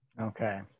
Okay